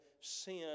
sin